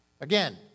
Again